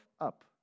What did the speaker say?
up